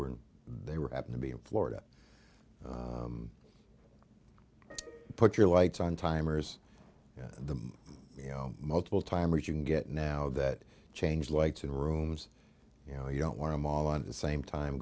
were they were happy to be in florida put your lights on timers the you know multiple timers you can get now that change lights in rooms you know you don't want them on the same time